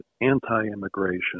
anti-immigration